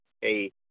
hey